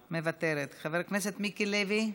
מוותרת, חבר הכנסת מיקי לוי,